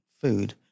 food